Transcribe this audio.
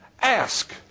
ask